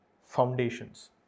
foundations